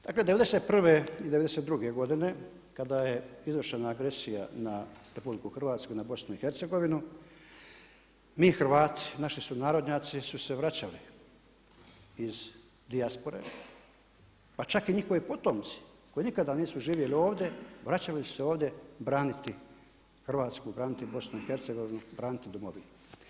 Dakle, '91. i '92. godine, kada je izvršena agresija na RH i na BiH, mi Hrvati, naši sunarodnjaci su se vraćali iz dijaspore, pa čak i njihovi potomci koji nikada nisu živjeli ovdje, vraćali su se ovdje braniti Hrvatsku, braniti BiH, braniti domovinu.